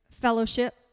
fellowship